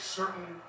certain